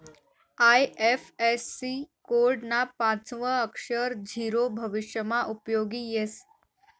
IFSC code ना पाचवं अक्षर झीरो भविष्यमा उपयोगी येस